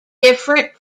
different